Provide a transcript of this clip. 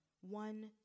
one